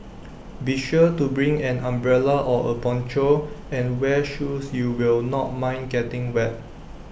be sure to bring an umbrella or A poncho and wear shoes you will not mind getting wet